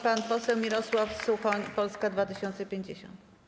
Pan poseł Mirosław Suchoń, Polska 2050.